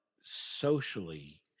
socially